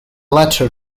latter